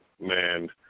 Man